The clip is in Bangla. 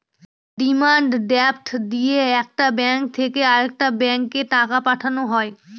ডিমান্ড ড্রাফট দিয়ে একটা ব্যাঙ্ক থেকে আরেকটা ব্যাঙ্কে টাকা পাঠানো হয়